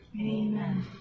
Amen